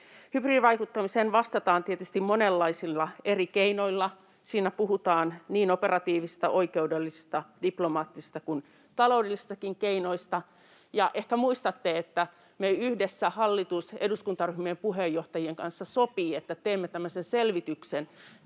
Hybridivaikuttamiseen vastataan tietysti monenlaisilla eri keinoilla. Siinä puhutaan niin operatiivisista, oikeudellisista, diplomaattisista kuin taloudellisistakin keinoista. Ja ehkä muistatte, että me yhdessä — hallitus eduskuntaryhmien puheenjohtajien kanssa — sovimme, että teemme tämmöisen selvityksen